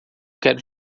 quero